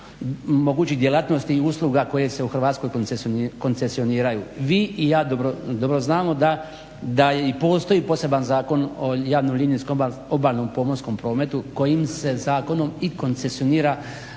mogućih djelatnosti i usluga koje se u Hrvatskoj koncesioniraju. Vi i ja dobro znamo da i postoji posebni Zakon o javnom linijskom obalnom pomorskom prometu kojim se zakonom i koncesionira